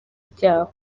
ryaho